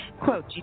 Quote